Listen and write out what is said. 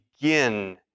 begin